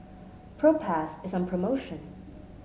Propass is on promotion